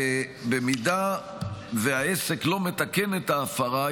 במידה שהעסק לא מתקן את ההפרה,